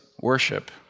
worship